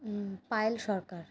Payel Sarkar